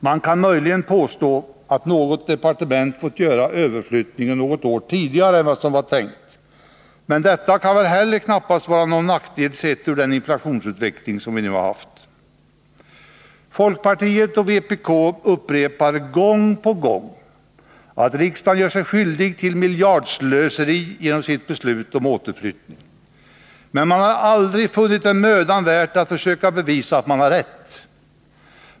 Man kan möjligen påstå att något departement fått göra överflyttningen något år tidigare än vad som annars var tänkt, men detta kan väl knappast vara någon nackdel sett mot bakgrund av den inflationsutveckling som vi har haft. Folkpartiet och vpk upprepar gång på gång att riksdagen gör sig skyldig till miljardslöseri genom sitt beslut om återflyttning. Men man har aldrig funnit det vara mödan värt att försöka bevisa att man har rätt.